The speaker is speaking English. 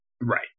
Right